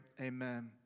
amen